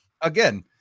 again